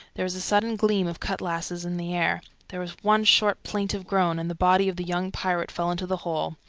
there was a sudden gleam of cutlasses in the air there was one short, plaintive groan, and the body of the young pirate fell into the hole.